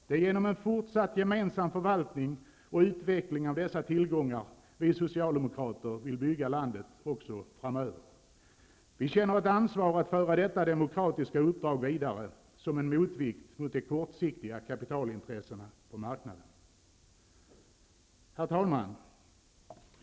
Det är genom en fortsatt gemensam förvaltning och utveckling av dessa tillgångar som vi socialdemokrater vill bygga landet också framöver. Vi känner ett ansvar att föra detta demokratiska uppdrag vidare som en motvikt mot de kortsiktiga kapitalintressena på marknaden. Herr talman!